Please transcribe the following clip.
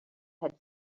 had